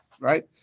right